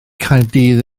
caerdydd